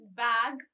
bag